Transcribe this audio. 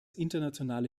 internationale